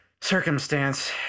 circumstance